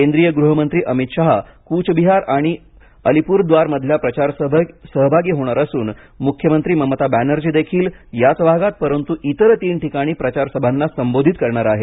केंद्रीय गृहमंत्री अमित शहा कूचबिहार आणि अलीपुरद्वार मधल्या प्रचारसभेत सहभागी होणार असून मुख्यमंत्री ममता बॅनर्जी देखील याच भागात परंतु इतर तीन ठिकाणी प्रचारसंभाना संबोधित करणार आहेत